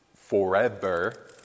forever